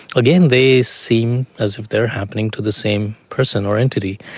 again they seem as if they are happening to the same person or entity.